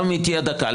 גם אם היא תהיה דקה,